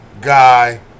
guy